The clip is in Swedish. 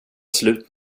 slut